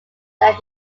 that